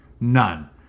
none